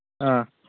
ꯑꯥ